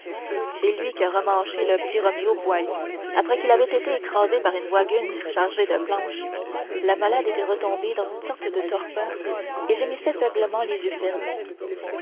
c'est lui qui a remmanché le petit roméo boily après qu'il avait été écrasé par une waguine chargée de planches la malade était retombée dans une sorte de torpeur et gémissait faiblement les yeux fermés